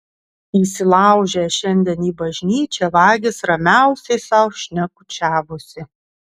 įsilaužę šiandien į bažnyčią vagys ramiausiai sau šnekučiavosi